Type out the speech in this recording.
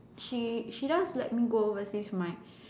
she she does let me go overseas with my